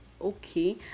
okay